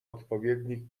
odpowiednich